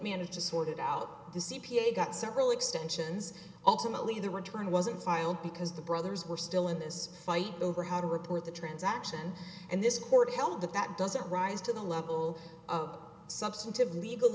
manage to sort it out the c p a got several extensions ultimately they were trying wasn't filed because the brothers were still in this fight over how to report the transaction and this court held that that doesn't rise to the level of substantive legal